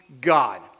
God